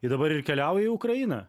ji dabar ir dabar keliauja į ukrainą